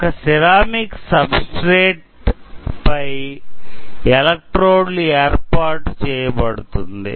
ఒక ceramic substrate పై ఎలక్ట్రోడ్లు ఏర్పాటు చేయ బడుతుంది